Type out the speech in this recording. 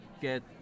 get